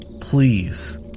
please